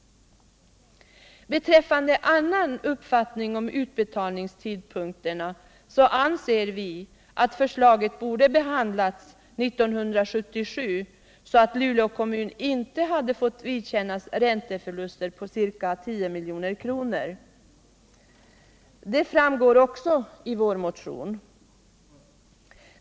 Beträffande annan uppfattning om utbetalningstidpunkterna anser vi att förslaget borde ha behandlats 1977, så att Luleå kommun inte hade fått vidkännas ränteförluster på ca 10 milj.kr. Det framgår också i vår motion.